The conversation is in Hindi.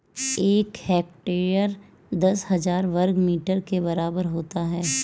एक हेक्टेयर दस हज़ार वर्ग मीटर के बराबर होता है